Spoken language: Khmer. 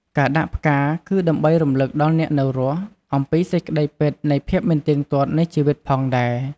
ការដាក់ផ្កា គឺដើម្បីរំលឹកដល់អ្នកនៅរស់អំពីសេចក្តីពិតនៃភាពមិនទៀងទាត់នៃជីវិតផងដែរ។